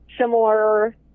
similar